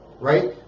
Right